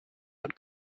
out